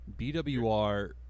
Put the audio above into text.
BWR